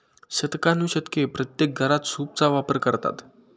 शतकानुशतके प्रत्येक घरात सूपचा वापर करतात